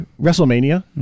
WrestleMania